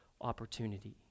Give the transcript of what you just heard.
opportunity